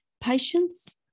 Patience